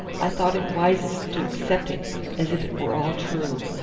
i thought it wisest to accept it as if it were all true.